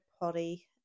potty